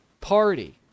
party